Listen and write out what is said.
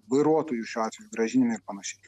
vairuotojų šiuo atveju grąžinime ir panašiai